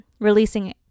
releasing